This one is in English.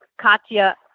Katya